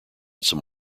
some